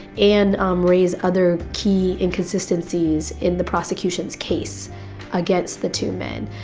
and um raise other key inconsistencies in the prosecution's case against the two men.